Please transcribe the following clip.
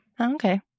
Okay